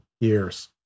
years